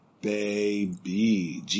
Baby